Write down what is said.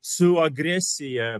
su agresija